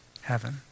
heaven